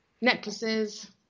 necklaces